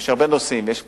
יש הרבה נושאים ויש פגרות.